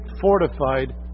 fortified